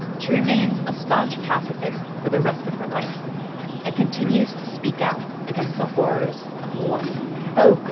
she remains a staunch pacifist for the rest of her life and continues to speak out against the horrors of war oh,